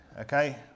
okay